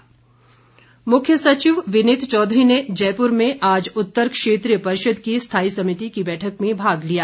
बैठक मुख्य सचिव विनीत चौधरी ने जयपुर में आज उत्तर क्षेत्रीय परिषद की स्थायी समिति की बैठक में भाग लिया